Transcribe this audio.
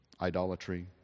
idolatry